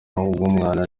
bw’umwana